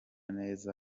neza